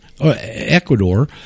ecuador